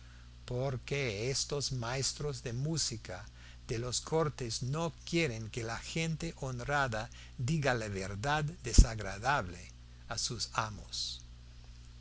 porque estos maestros de música de las cortes no quieren que la gente honrada diga la verdad desagradable a sus amos